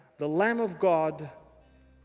the lamb of god,